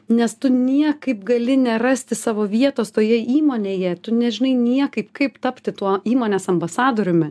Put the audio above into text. nes tu niekaip gali nerasti savo vietos toje įmonėje tu nežinai niekaip kaip tapti tuo įmonės ambasadoriumi